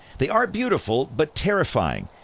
they are beautiful but terrifying,